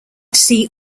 see